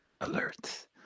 alert